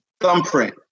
thumbprint